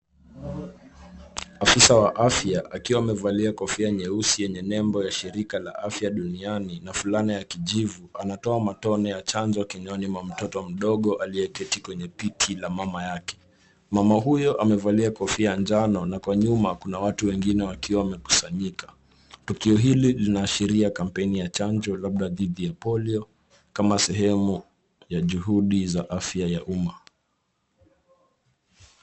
Afisa wa afya, akiwa amevaa kofia nyeusi yenye nembo ya Shirika la Afya Duniani na fulana ya kijivu, anatoa matone ya chanjo kinywani kwa mtoto mdogo aliyeketi kwenye paja la mama yake. Mama huyo amevaa kofia ya manjano, na kwa nyuma kuna watu wengine waliokusanyika. Tukio hili linaashiria kampeni ya chanjo, labda dhidi ya polio, kama sehemu ya juhudi za afya ya umma.